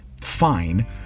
fine